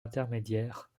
intermédiaire